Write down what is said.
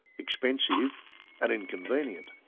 expensive and inconvenient